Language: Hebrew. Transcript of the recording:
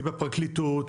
עם הפרקליטות,